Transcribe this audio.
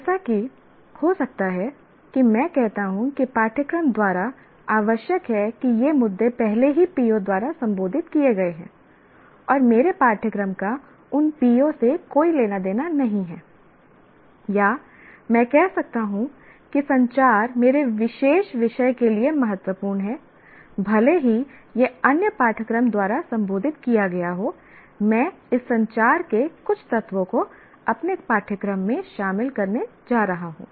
जैसा कि हो सकता है कि मैं कहता हूं कि पाठ्यक्रम द्वारा आवश्यक है कि ये मुद्दे पहले ही PO द्वारा संबोधित किए गए हैं और मेरे पाठ्यक्रम का उन PO से कोई लेना देना नहीं है या मैं कह सकता हूं कि संचार मेरे विशेष विषय के लिए महत्वपूर्ण है भले ही यह अन्य पाठ्यक्रम द्वारा संबोधित किया गया हो मैं इस संचार के कुछ तत्वों को अपने पाठ्यक्रम में शामिल करने जा रहा हूं